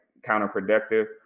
counterproductive